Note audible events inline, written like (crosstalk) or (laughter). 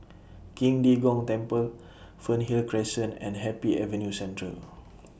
Qing De Gong Temple Fernhill Crescent and Happy Avenue Central (noise)